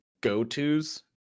go-tos